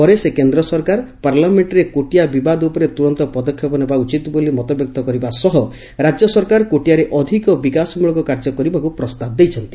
ପରେ ସେ କେନ୍ଦ୍ର ସରକାର ପାଲାମେକ୍କରେ କୋଟିଆ ବିବାଦ ଉପରେ ତୁରନ୍ତ ପଦକ୍ଷେପ ନେବା ଉଚିତ ବୋଲି ମତବ୍ୟକ୍ତ କରିବା ସହ ରାଜ୍ୟ ସରକାର କୋଟିଆରେ ଅଧିକ ବିକାଶମ୍ଳକ କାର୍ଯ୍ୟ କରିବାକୁ ପ୍ରସ୍ତାବ ଦେଇଛନ୍ତି